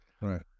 Right